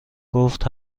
گفت